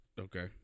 Okay